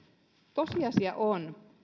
tosiasia on